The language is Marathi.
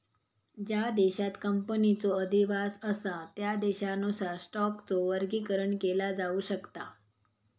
ज्या देशांत कंपनीचो अधिवास असा त्या देशानुसार स्टॉकचो वर्गीकरण केला जाऊ शकता